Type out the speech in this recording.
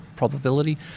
probability